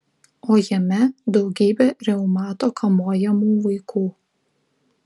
o jame daugybė reumato kamuojamų vaikų